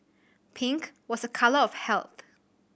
pink was a colour of health